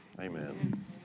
Amen